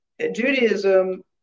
Judaism